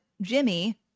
Jimmy